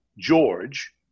george